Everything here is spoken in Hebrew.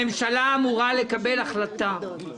הממשלה אמורה לקבל החלטה על